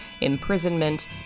imprisonment